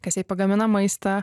kas jai pagamina maistą